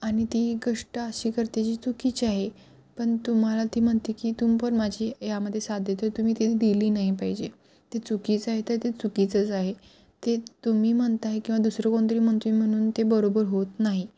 आणि ती गोष्ट अशी करते जी चुकीची आहे पण तुम्हाला ती म्हणते की तुम्ही पण माझी यामध्ये साथ दे तर तुम्ही तर दिली नाही पाहिजे ते चुकीचं आहे तर ते चुकीचंच आहे ते तुम्ही म्हणता आहे किंवा दुसरं कोणतरी म्हणतो म्हणून ते बरोबर होत नाही